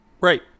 Right